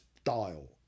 style